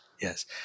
Yes